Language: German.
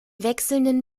wechselnden